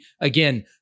Again